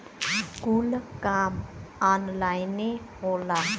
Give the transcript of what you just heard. कुल काम ऑन्लाइने होला